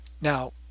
Now